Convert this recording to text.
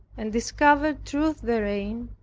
and discovered truth therein,